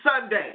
Sunday